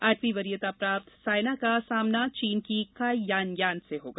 आठवीं वरीयता प्राप्त सायना का सामना चीन की काइ यान यान से होगा